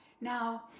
Now